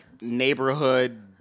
neighborhood